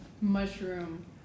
mushroom